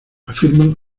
afirman